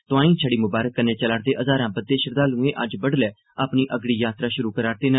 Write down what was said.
तोआई छड़ी मुबारक कन्नै चला'रदे हजारां बद्दे श्रद्धालुएं अज्ज बड्डलै अपनी अगड़ी यात्रा शुरु करा'रदे न